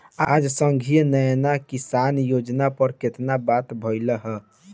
आज संघीय न्याय किसान योजना पर बात भईल ह